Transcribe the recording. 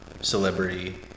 celebrity